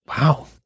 wow